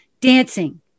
dancing